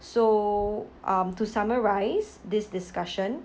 so um to summarise this discussion